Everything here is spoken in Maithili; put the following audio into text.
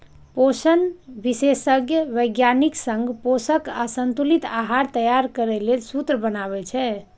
पोषण विशेषज्ञ वैज्ञानिक संग पोषक आ संतुलित आहार तैयार करै लेल सूत्र बनाबै छै